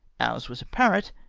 ours was a parrot,